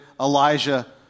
Elijah